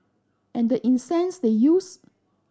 and the incense they used